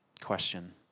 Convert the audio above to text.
question